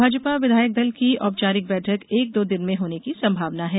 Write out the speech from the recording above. भाजपा विधायक दल की औपचारिक बैठक एक दो दिन में होने की संभावना है